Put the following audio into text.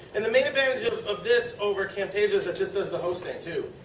and the main advantage of of this over camtasia is that this does the hosting too.